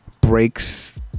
breaks